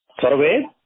survey